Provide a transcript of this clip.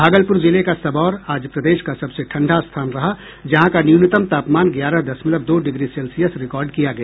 भागलपुर जिले का सबौर आज प्रदेश का सबसे ठंडा स्थान रहा जहां का न्यूनतम तापमान ग्यारह दशमलव दो डिग्री सेल्सियस रिकॉर्ड किया गया